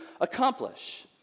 accomplish